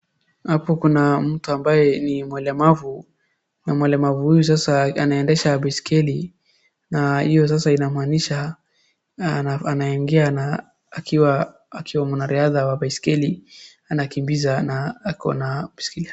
Hapo kuna mtu ambaye ni mlemavu na mlemavu huyu sasa anaendesha baiskeli na hiyo sasa inamaanisha anaingia akiwa mwanariadha wa baiskeli anakimbiza na akona baiskeli yake.